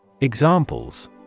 Examples